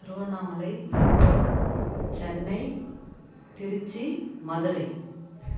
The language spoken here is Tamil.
திருவண்ணாமலை விழுப்புரம் சென்னை திருச்சி மதுரை